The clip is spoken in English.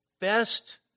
best